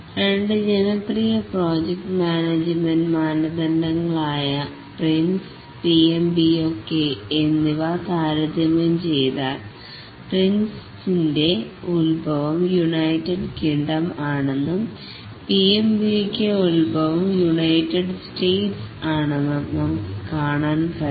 രണ്ട് ജനപ്രിയ project management മാനദണ്ഡങ്ങൾ ആയ PRINCE PMBOK എന്നിവ താരതമ്യം ചെയ്താൽ PRINCE ൻറെ ഉൽഭവം യുണൈറ്റഡ് കിങ്ഡം ആണെന്നും PMBOK ഉൽഭവം യുണൈറ്റഡ് സ്റ്റേറ്റ്സ് ആണെന്നും നമുക്ക് കാണാം കഴിയും